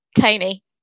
Tony